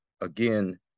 again